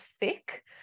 thick